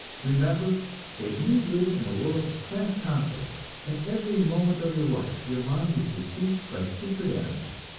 remember that you live in a world of class conflicts at every moment of your life your mind is besieged by secret enemies,